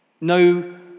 No